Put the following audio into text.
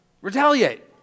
retaliate